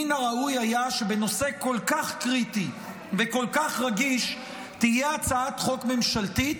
מן הראוי היה שבנושא כל כך קריטי וכל כך רגיש תהיה הצעת חוק ממשלתית.